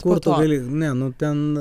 kur tu gali ne nu ten